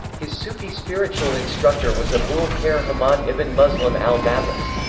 his sufi spiritual instructor was abu'l-khair hammad ibn muslim al-dabbas.